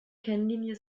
kennlinie